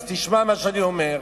אז תשמע מה אני אומר.